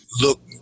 look